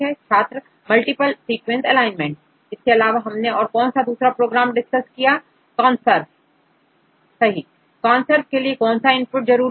छात्र multiple sequence alignment इसके अलावा हमने और कौन सा दूसरा प्रोग्राम डिस्कस किया छात्र ConSurf ConSurfके लिए कौन सा इनपुट जरूरी है